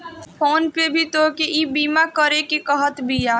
phone पे भी तोहके ईबीमा करेके कहत बिया